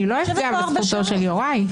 אני לא אדבר בזכותו של יוראי.